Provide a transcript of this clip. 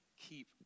Keep